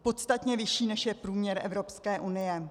Podstatně vyšší, než je průměr Evropské unie.